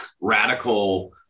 radical